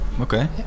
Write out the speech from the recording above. okay